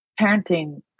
parenting